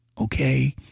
Okay